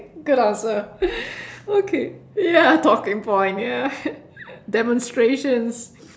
good answer okay ya talking point ya demonstrations